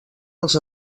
als